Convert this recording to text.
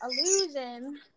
Illusion